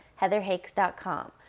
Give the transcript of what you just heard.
heatherhakes.com